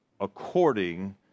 according